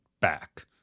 back